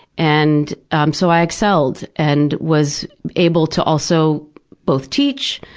and um so i excelled and was able to also both teach,